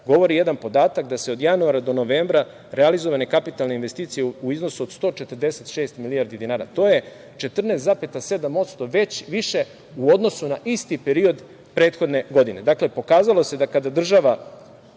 govori jedan podatak da su od januara do novembra realizovane kapitalne investicije u iznosu od 146 milijardi dinara. To je 14,7% već više u odnosu na isti period prethodne godine. Pokazalo se da kada država